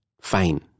fine